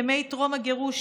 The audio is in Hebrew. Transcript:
ימי טרום הגירוש,